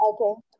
Okay